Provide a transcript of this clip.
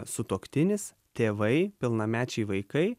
sutuoktinis tėvai pilnamečiai vaikai